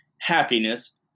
happiness